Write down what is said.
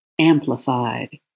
amplified